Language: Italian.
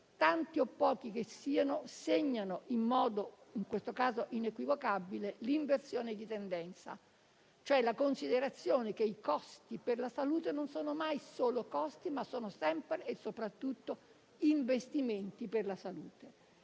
Tanti o pochi che siano segnano, in modo in questo caso inequivocabile, l'inversione di tendenza, la considerazione che i costi per la salute non sono mai solo costi, ma sono sempre e soprattutto investimenti per la salute.